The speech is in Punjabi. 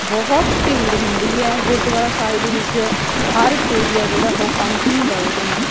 ਬਹੁਤ ਭੀੜ ਹੁੰਦੀ ਹੈ ਗੁਰਦੁਆਰਾ ਸਾਹਿਬ ਦੇ ਵਿੱਚ ਹਰ ਕੋਈ ਹੈ ਜਿਹੜਾ ਉਹ ਪੰਚਮੀ ਵਾਲੇ ਦਿਨ